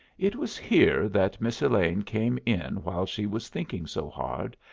it was here that miss elaine came in while she was thinking so hard,